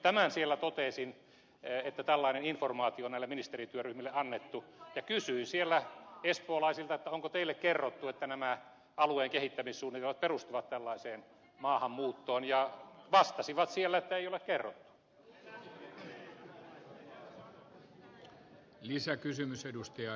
tämän siellä totesin että tällainen informaatio on näille ministerityöryhmille annettu ja kysyin siellä espoolaisilta onko teille kerrottu että nämä alueen kehittämissuunnitelmat perustuvat tällaiseen maahanmuuttoon ja he vastasivat siellä että ei ole kerrottu